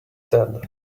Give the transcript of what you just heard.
dead